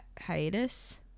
hiatus